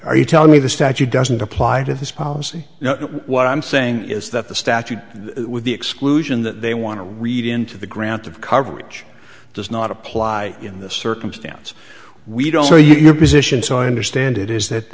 are you telling me the statute doesn't apply to this policy you know what i'm saying is that the statute with the exclusion that they want to read into the grant of coverage does not apply in this circumstance we don't know your position so i understand it is that